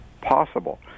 possible